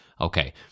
okay